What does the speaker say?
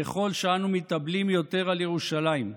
ככל שאנחנו מתאבלים יותר על ירושלים,